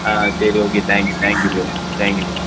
ஆ சரி okay thank you thank you bro thank you bro